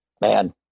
Man